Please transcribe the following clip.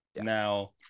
Now